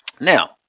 Now